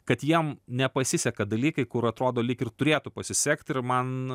kad jiem nepasiseka dalykai kur atrodo lyg ir turėtų pasisekti ir man